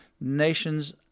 nations